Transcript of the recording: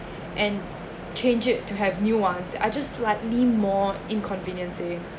and change it to have new ones I just slightly more inconveniencing